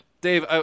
Dave